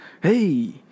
Hey